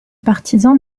partisan